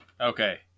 Okay